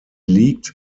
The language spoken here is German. liegt